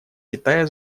китая